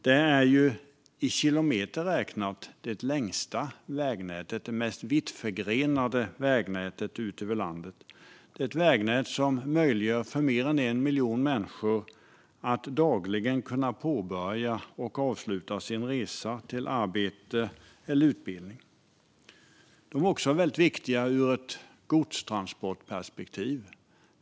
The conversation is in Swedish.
Det är i kilometer räknat det längsta och mest vittförgrenade vägnätet i landet, som möjliggör för mer än en miljon människor att dagligen påbörja och avsluta sin resa till arbete eller utbildning. De enskilda vägarna är också väldigt viktiga ur ett godstransportperspektiv.